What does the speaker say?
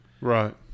Right